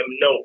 no